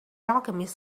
alchemist